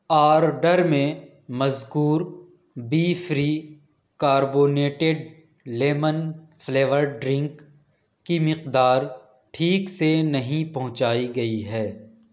order میں مذکور B free carbonated lemon flavoured drink کی مقدار ٹھیک سے نہیں پہنچائی گئی ہے